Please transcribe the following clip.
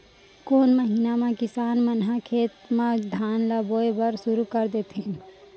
कोन महीना मा किसान मन ह खेत म धान ला बोये बर शुरू कर देथे?